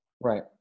Right